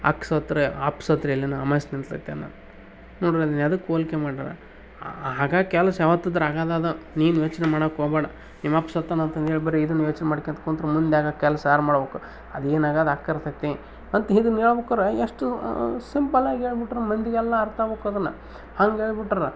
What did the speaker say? ಅಕ್ಕ ಸತ್ರೆ ಅಪ್ಪ ಸತ್ರೆ ಎಲ್ಲೇನ ಅಮಾವಾಸೆ ನಿಲ್ತೈತೇನು ನೋಡ್ರಿ ಯಾವ್ದಕ್ ಹೋಲ್ಕೆ ಮಾಡ್ಯಾರೆ ಹಾಗಾಗಿ ಕೆಲ್ಸ ಯಾವತ್ತು ಇದ್ರು ಆಗೋದದ ನೀನು ಯೋಚನೆ ಮಾಡೋಕ್ ಹೋಬೇಡ ನಿಮ್ಮಪ್ಪ ಸತ್ತಾನಂತಂದು ಹೇಳ್ ಬರಿ ಇದನ್ನು ಯೋಚನೆ ಮಾಡ್ಕೊಂತ್ ಕುಂತ್ರೆ ಮುಂದೆ ಆಗೋ ಕೆಲಸ ಯಾರು ಮಾಡ್ಬೋಕು ಅದೇನು ಆಗೋದ್ ಆಗ್ತಿರತೈತಿ ಅಂತ ಇದನ್ ಹೇಳ್ಬೇಕಾರೆ ಎಷ್ಟು ಸಿಂಪಲ್ಲಾಗಿ ಹೇಳ್ಬಿಟ್ರ್ ಮಂದಿಗೆಲ್ಲಾ ಅರ್ಥಾಗ್ಬೋಕು ಅದನ್ನು ಹಂಗೆ ಹೇಳ್ಬಿಟ್ರೆ